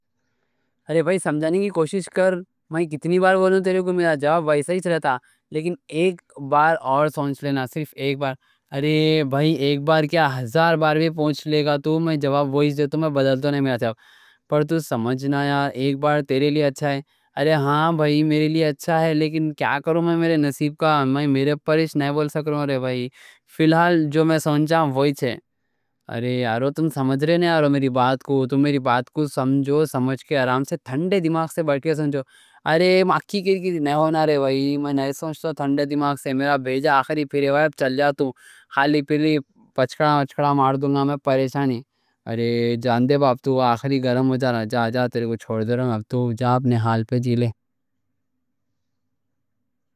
ارے بھائی، سمجھانے کی کوشش کر، میں کتنی بار بولوں؟ تیرے کو میرا جواب ویسا ہی چلتا، لیکن ایک بار اور سوچ لینا، صرف ایک بار۔ ارے بھائی، ایک بار کیا، ہزار بار بھی پوچھ لے گا تو، میں جواب ویسا ہی دوں، میں بدلتا نہیں، میرا تیار، پھر تو سمجھنا یار۔ ایک بار تیرے لیے اچھا ہے۔ ارے ہاں بھائی، میرے لیے اچھا ہے، لیکن کیا کروں میں، میرے نصیب کا، میں میرے پرش نہیں بول سکروں۔ رہے بھائی، فیلحال جو میں سوچا وہی چھے۔ ارے یارو، تم سمجھ رہے نہیں یارو میری بات کو، تم میری بات کو سمجھو، سمجھ کے، آرام سے، ٹھنڈے دماغ سے، بڑھ کے سمجھو۔ ارے مکی کی نہیں ہونا، رہے بھائی، میں نہیں سوچتا ٹھنڈے دماغ سے، میرا بیجہ آخری پھر ہے بھائی۔ اب چل جا، تو خالی پھر پچھڑا پچھڑا مار دوں گا، میں پریشانی۔ ارے جان دے بھائی، تو آخری گرم ہو جانا، جا جا، تیرے کو چھوڑ دے رہا ہوں، اب تو جا اپنے حال پر جی لے۔